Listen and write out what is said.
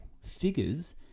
figures